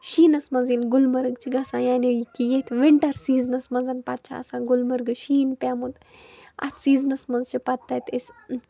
شیٖنس منٛز ییٛلہِ گُلمَرگ چھِ گَژھان یعنے کہِ ییٚتھ ونٛٹر سیٖزنس منٛز پَتہٕ چھِ آسان گُلمرگ شیٖن پیمُت اَتھ سیٖزنس منٛز چھِ پَتہِٕ تَتہِ أسۍ